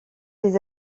des